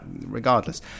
Regardless